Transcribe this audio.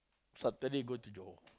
Saturday go to Johor